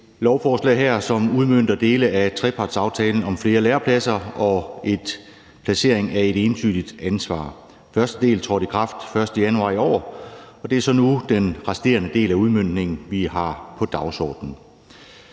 lovforslag her, som udmønter dele af trepartsaftalen om flere lærepladser og placeringen af et entydigt ansvar. Første del trådte i kraft den 1. januar i år, og det er så nu den resterende del af udmøntningen, vi har på dagsordenen.